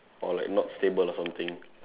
or like not stable or something